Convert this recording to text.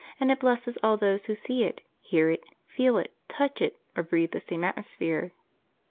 and it blesses all those who see it, hear it, feel it, touch it, or breathe the same atmosphere.